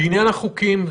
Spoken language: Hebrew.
בעניין החוקים,